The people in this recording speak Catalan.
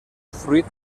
fruit